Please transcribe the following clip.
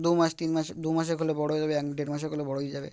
দু মাস তিন মাস দু মাসের হলে বড় হয়ে যাবে এক দেড় মাসের হলে বড়োই যাবে